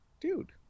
dude